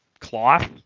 cloth